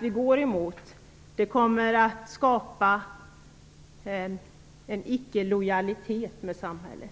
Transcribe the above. går emot kommer att skapa en ickelojalitet med samhället.